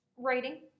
Writing